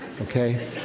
okay